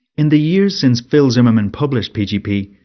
in the years since phil zimmermann published pgp,